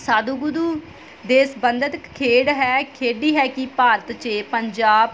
ਸਾਧੂਗੁਧੂ ਦੇ ਸੰਬੰਧਿਤ ਖੇਡ ਹੈ ਖੇਡੀ ਹੈ ਕਿ ਭਾਰਤ ਚੇ ਪੰਜਾਬ